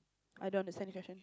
I don't understand the question